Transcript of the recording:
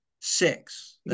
six